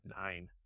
nine